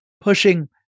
pushing